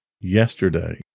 yesterday